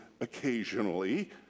occasionally